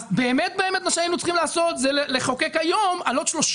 באמת מה שהיינו צריכים לעשות זה לחוקק היום על עוד 30